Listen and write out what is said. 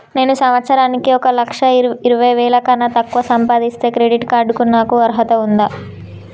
నేను సంవత్సరానికి ఒక లక్ష ఇరవై వేల కన్నా తక్కువ సంపాదిస్తే క్రెడిట్ కార్డ్ కు నాకు అర్హత ఉందా?